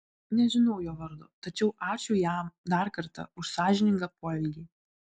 nežinau jo vardo tačiau ačiū jam dar kartą už sąžiningą poelgį